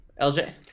LJ